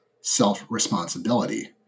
self-responsibility